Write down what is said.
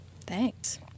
Thanks